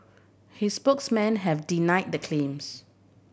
his spokesmen have deny the claims